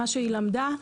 מה שהיא למדה,